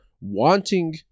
wanting